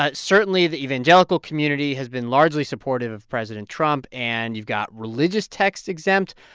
ah certainly, the evangelical community has been largely supportive of president trump, and you've got religious texts exempt.